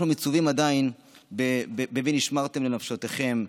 אנחנו מצווים עדיין ב"ונשמרתם לנפשותיכם",